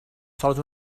sols